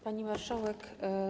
Pani Marszałek!